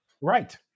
right